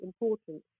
important